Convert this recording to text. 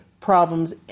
problems